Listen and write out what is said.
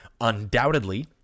undoubtedly